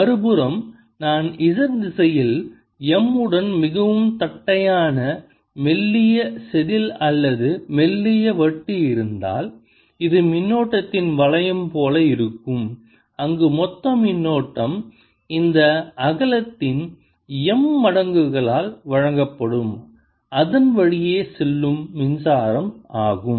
மறுபுறம் நான் z திசையில் M உடன் மிகவும் தட்டையான மெல்லிய செதில் அல்லது மெல்லிய வட்டு இருந்தால் இது மின்னோட்டத்தின் வளையம் போல இருக்கும் அங்கு மொத்த மின்னோட்டம் இந்த அகலத்தின் M மடங்குகளால் வழங்கப்படும் அதன்வழியே செல்லும் மின்சாரம் ஆகும்